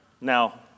Now